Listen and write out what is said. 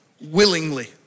willingly